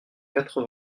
quatre